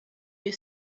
you